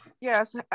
yes